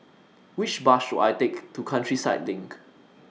Which Bus should I Take to Countryside LINK